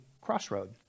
crossroad